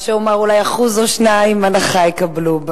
מה שאומר שאולי 1% או 2% הנחה יקבלו,